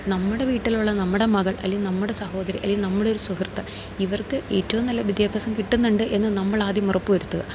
നമ്മുടെ വീട്ടിലുള്ള നമ്മുടെ മകൾ അല്ലേൽ നമ്മുടെ സഹോദരി അല്ലേൽ നമ്മുടെ ഒരു സുഹൃത്ത് ഇവർക്ക് ഏറ്റവും നല്ല വിദ്യാഭ്യാസം കിട്ടുന്നുണ്ട് എന്ന് നമ്മളാദ്യം ഉറപ്പ് വരുത്തുക